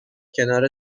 کنار